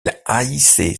haïssait